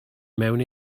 mewn